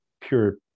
pure